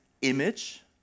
image